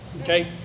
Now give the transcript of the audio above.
Okay